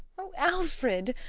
oh, alfred,